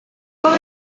kobre